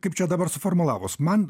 kaip čia dabar suformulavus man